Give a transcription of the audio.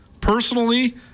personally